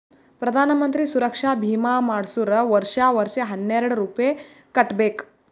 ಪ್ರಧಾನ್ ಮಂತ್ರಿ ಸುರಕ್ಷಾ ಭೀಮಾ ಮಾಡ್ಸುರ್ ವರ್ಷಾ ವರ್ಷಾ ಹನ್ನೆರೆಡ್ ರೂಪೆ ಕಟ್ಬಬೇಕ್